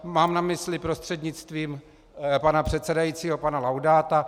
Mám na mysli prostřednictvím pana předsedajícího pana Laudáta.